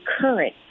current